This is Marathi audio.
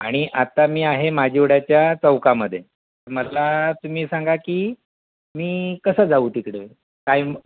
आणि आत्ता मी आहे माझीवड्याच्या चौकामध्ये मला तुमी सांगा की मी कसं जाऊ तिकडे टाइम